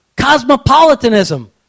cosmopolitanism